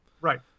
right